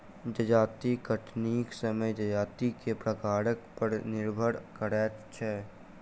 जजाति कटनीक समय जजाति के प्रकार पर निर्भर करैत छै